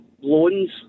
loans